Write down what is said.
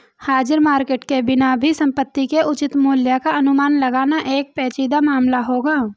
हाजिर मार्केट के बिना भी संपत्ति के उचित मूल्य का अनुमान लगाना एक पेचीदा मामला होगा